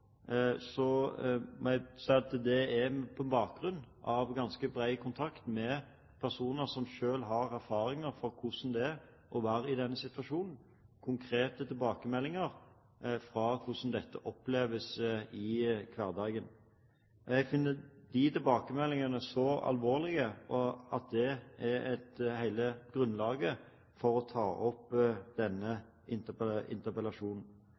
at dette er på bakgrunn av ganske bred kontakt med personer som selv har erfaringer med hvordan det er å være i denne situasjonen, konkrete tilbakemeldinger om hvordan dette oppleves i hverdagen. Jeg finner disse tilbakemeldingene så alvorlige at det er hele grunnlaget for å ta opp denne interpellasjonen.